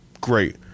great